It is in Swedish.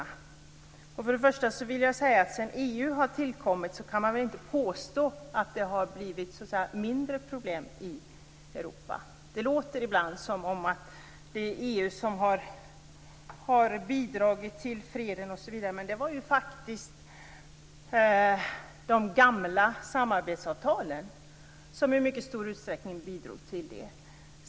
Till att börja med vill jag säga att sedan EU har tillkommit kan man inte påstå att det har blivit mindre problem i Europa. Det låter ibland som om att det är EU som har bidragit till freden, men det var ju faktiskt de gamla samarbetsavtalen som i mycket stor utsträckning bidrog till den.